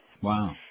Wow